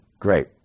Great